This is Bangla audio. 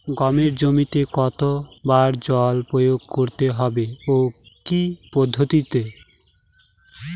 গমের জমিতে কতো বার জল প্রয়োগ করতে হবে ও কি পদ্ধতিতে?